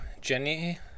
Jenny